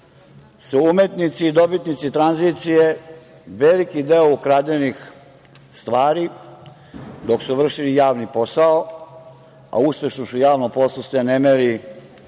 se umetnici i dobitnici tranzicije veliki deo ukradenih stvari, dok su vršili javni posao, a uspešnost u javnom poslu ne bi